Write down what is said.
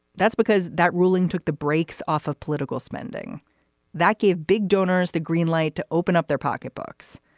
that's because that ruling took the brakes off of political spending that gave big donors the green light to open up their pocketbooks.